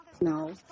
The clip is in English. No